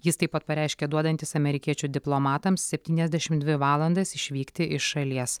jis taip pat pareiškė duodantis amerikiečių diplomatams septyniasdešim dvi valandas išvykti iš šalies